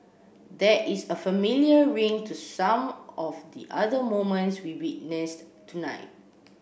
there is a familiar ring to some of the other moments we witnessed tonight